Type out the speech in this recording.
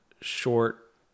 short